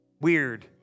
Weird